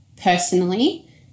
personally